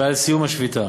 ועל סיום השביתה.